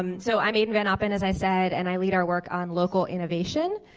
um so i'm aden van noppen as i said and i lead our work on local innovation,